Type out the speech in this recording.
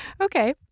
Okay